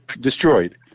destroyed